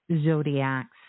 Zodiacs